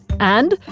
and,